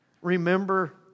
Remember